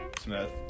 Smith